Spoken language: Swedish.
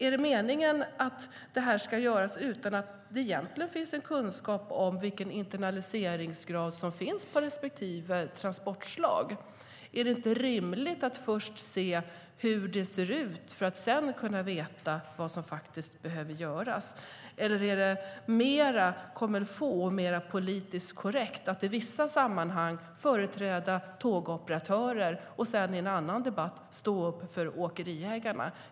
Är det meningen att det ska införas utan att det egentligen finns en kunskap om vilken internaliseringsgrad som finns hos respektive transportslag? Är det inte rimligt att först se hur det ser ut för att sedan kunna veta vad som faktiskt behöver göras? Eller är det mer comme il faut, mer politiskt korrekt att i vissa sammanhang företräda tågoperatörer och i andra åkeriägarna?